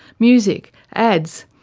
music, ads,